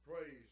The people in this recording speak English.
Praise